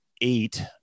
eight